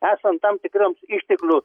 esant tam tikroms išteklių